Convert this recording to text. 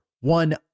one